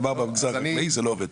אמר, במגזר החקלאי זה לא עובד.